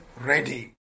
ready